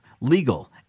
legal